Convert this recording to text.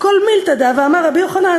"כל מילתא דהוה אמר רבי יוחנן",